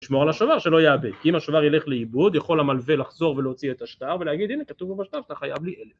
לשמור על השוואר שלא יאבק, אם השוואר ילך לאיבוד יכול המלווה לחזור ולהוציא את השטר ולהגיד הנה כתוב במשטר שאתה חייב לי אלף